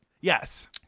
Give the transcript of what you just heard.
yes